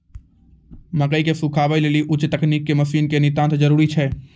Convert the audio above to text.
मकई के सुखावे लेली उच्च तकनीक के मसीन के नितांत जरूरी छैय?